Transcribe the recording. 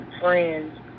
friends